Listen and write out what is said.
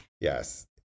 yes